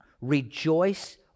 rejoice